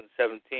2017